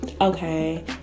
okay